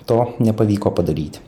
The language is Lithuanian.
to nepavyko padaryti